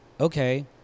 okay